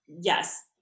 yes